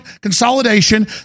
consolidation